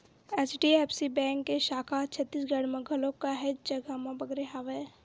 HDFC bank के साखा ह छत्तीसगढ़ म घलोक काहेच जघा म बगरे हवय